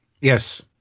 Yes